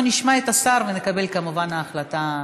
אנחנו נשמע את השר ונקבל, כמובן, החלטה.